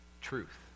truth